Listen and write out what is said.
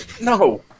No